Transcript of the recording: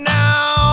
now